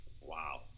Wow